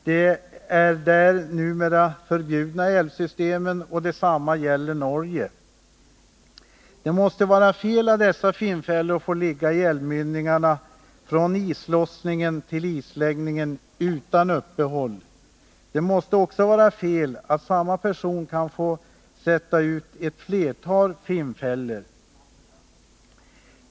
Där är de numera förbjudna i älvsystemen och detsamma gäller Norge.” Det måste vara fel att dessa finnfällor får ligga i älvmynningarna från islossningen till isläggningen utan uppehåll. Det måste också vara fel att samma person kan få sätta ut ett flertal finnfällor.